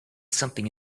something